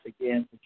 again